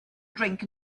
drink